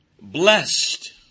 Blessed